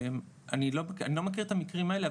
אני לא מכיר את המקרים האלה,